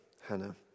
Hannah